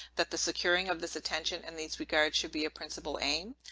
that the securing of this attention, and these regards, should be a principal aim?